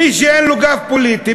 מי שאין לו גב פוליטי,